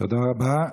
תודה רבה.